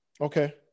Okay